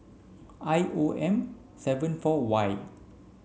I O M seven four Y